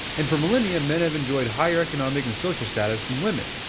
and for millennium men have enjoyed higher economic and social status than women.